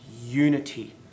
unity